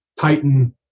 Titan